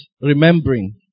remembering